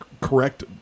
correct